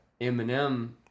Eminem